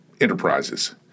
enterprises